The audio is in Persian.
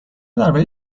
درباره